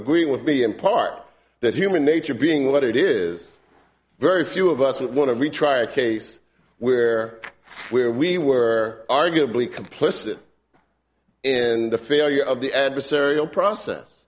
agree with me in part that human nature being what it is very few of us would want to retry a case where where we were arguably complicit and the failure of the adversarial